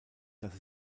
dass